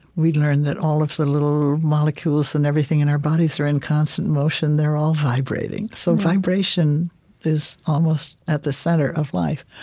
we learn that all of the little molecules and everything in our bodies are in constant motion they're all vibrating. so vibration is almost at the center of life.